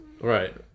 Right